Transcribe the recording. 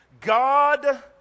God